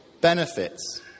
benefits